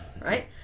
right